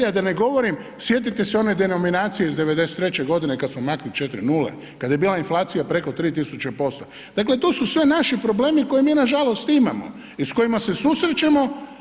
A da ne govorim, sjetite se one denominacije iz '93. godine kada smo maknuli četiri nule, kada je bila inflacija preko 3000%, dakle to su sve naši problemi koje mi nažalost imamo i s kojima se susrećemo.